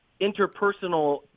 interpersonal